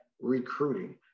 recruiting